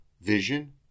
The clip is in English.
vision